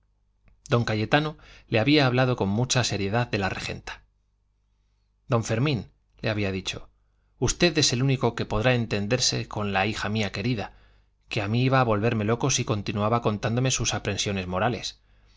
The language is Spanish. don cayetano le había hablado con mucha seriedad de la regenta don fermín le había dicho usted es el único que podrá entenderse con esta hija mía querida que a mí iba a volverme loco si continuaba contándome sus aprensiones morales